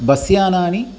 bus यानानि